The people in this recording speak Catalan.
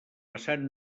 vessant